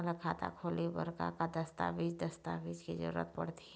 मोला खाता खोले बर का का दस्तावेज दस्तावेज के जरूरत पढ़ते?